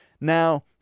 Now